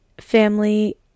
family